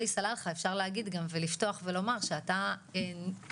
עלי סלאלחה אפשר להגיד גם ולפתוח ולומר שאתה נאבק